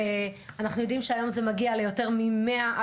אנחנו יודעים שהיום זה מגיע ליותר מ-100 אלף,